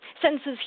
sentences